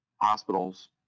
hospitals